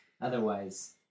otherwise